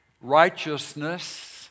Righteousness